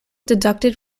deducted